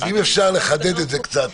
אז אם אפשר לחדד את זה קצת.